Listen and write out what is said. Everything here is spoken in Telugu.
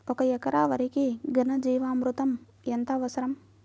ఒక ఎకరా వరికి ఘన జీవామృతం ఎంత అవసరం?